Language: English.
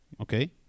Okay